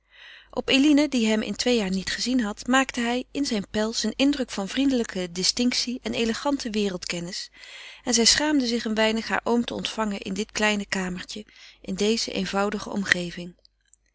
op eline die hem in twee jaar niet gezien had maakte hij in zijn pels een indruk van vriendelijke distinctie en elegante wereldkennis en zij schaamde zich een weinig haar oom te ontvangen in dit kleine kamertje in deze eenvoudige omgeving